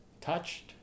touched